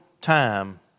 time